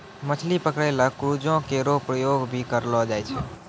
मछली पकरै ल क्रूजो केरो प्रयोग भी करलो जाय छै